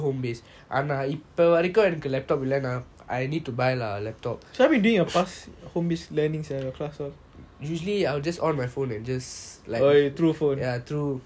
so what have you been doing your past home based learning sia your class all